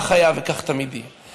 ככה היה וכך תמיד יהיה.